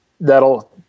that'll